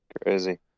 Crazy